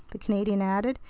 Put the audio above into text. the canadian added.